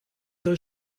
soll